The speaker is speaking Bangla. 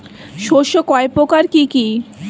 শস্য কয় প্রকার কি কি?